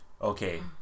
okay